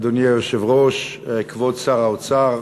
אדוני היושב-ראש, כבוד שר האוצר,